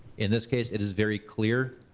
in this case, it is very clear.